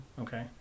Okay